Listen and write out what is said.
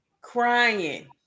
crying